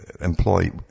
employ